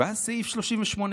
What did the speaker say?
ואז סעיף 38(ב)